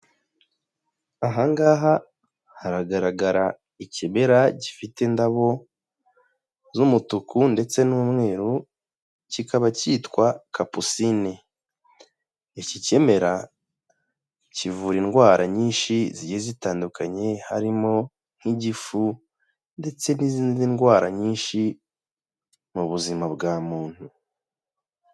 Ahangaha haragaragara ikimera gifite indabo z'umutuku ndetse n'umweru, kikaba cyitwa kapusine. Iki kimera kivura indwara nyinshi ziri zitandukanye harimo nk'igifu ndetse n'izindi ndwara nyinshi mu buzima bwa muntu.